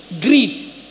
Greed